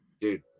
Dude